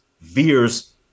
veers